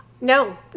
no